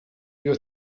you